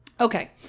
Okay